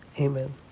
Amen